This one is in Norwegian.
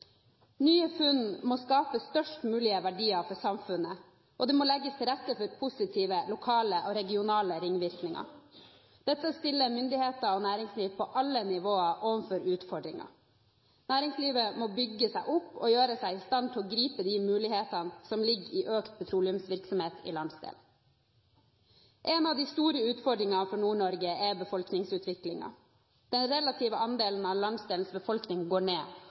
Nye funn må skape størst mulig verdier for samfunnet, og det må legges til rette for positive lokale og regionale ringvirkninger. Dette stiller myndigheter og næringsliv på alle nivå overfor utfordringer. Næringslivet må bygge seg opp og gjøre seg i stand til å gripe de mulighetene som ligger i økt petroleumsvirksomhet i landsdelen. En av de store utfordringene for Nord-Norge er befolkningsutviklingen. Landsdelens relative andel av befolkningen går ned,